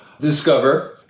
discover